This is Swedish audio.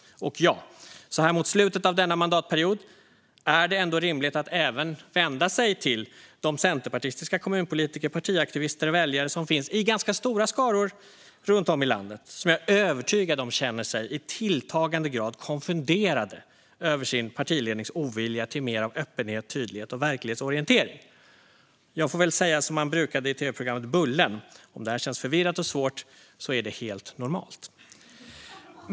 Så här mot slutet av denna mandatperiod är det ändå rimligt att även vända sig till de centerpartistiska kommunpolitiker, partiaktivister och väljare som finns i ganska stora skaror runt om i landet och som, är jag övertygad om, i tilltagande grad känner sig konfunderade över sin partilednings ovilja till mer av öppenhet, tydlighet och verklighetsorientering. Jag får väl säga som man brukade i tv-programmet Bullen : Om det här känns förvirrat och svårt är det helt normalt.